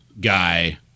guy